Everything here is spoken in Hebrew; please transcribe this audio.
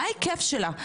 מה ההיקף שלה,